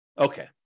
Okay